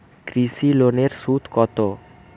কৃষি লোনের সুদ কত?